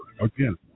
Again